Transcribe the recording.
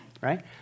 right